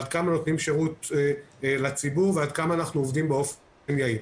עד כגמה אנחנו נותנים שירות ועד כמה אנחנו עובדים באופן יעיל.